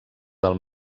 del